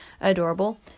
adorable